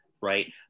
Right